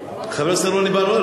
חבר הכנסת רוני בר-און,